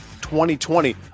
2020